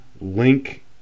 link